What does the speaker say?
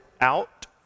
out